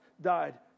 died